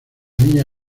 niña